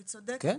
אני צודקת?